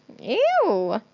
ew